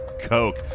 Coke